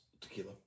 tequila